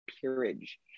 Peerage